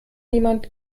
niemand